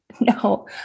No